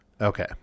Okay